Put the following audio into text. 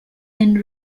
and